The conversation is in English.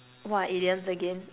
what are idioms again